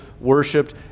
worshipped